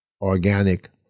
organic